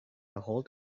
ahold